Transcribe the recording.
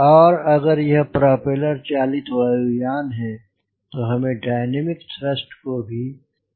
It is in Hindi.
और अगर यह प्रोपेलर चालित वायु यान है तो हमें डायनामिक थ्रस्ट को भी इसी तरह बताना है